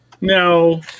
No